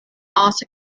also